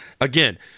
again